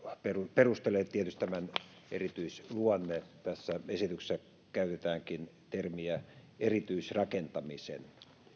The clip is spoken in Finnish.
perustelee tietysti tämän erityisluonne tässä esityksessä käytetäänkin termiä erityisrakentaminen